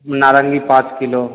नारंगी पाँच किलो